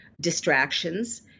distractions